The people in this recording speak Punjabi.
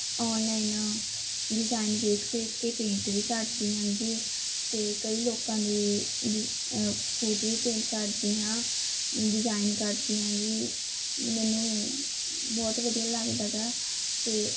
ਆਨਲਾਈਨ ਡਿਜ਼ਾਇਨ ਵੇਖ ਵੇਖ ਕੇ ਪੇਂਟ ਵੀ ਕਰਦੀ ਹੈਗੀ ਅਤੇ ਕਈ ਲੋਕਾਂ ਦੇ ਜੀ ਸੂਟ ਵੀ ਪੇਂਟ ਕਰਦੀ ਹਾਂ ਡਿਜ਼ਾਇਨ ਕਰਦੀ ਹੈਗੀ ਮੈਨੂੰ ਬਹੁਤ ਵਧੀਆ ਲੱਗਦਾ ਹੈਗਾ ਅਤੇ